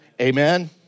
Amen